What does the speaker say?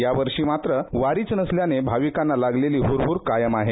यावर्षी मात्र वारीच नसल्याने भाविकांना लागलेली हूरहूर कायम आहे